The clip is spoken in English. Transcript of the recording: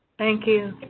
thank you.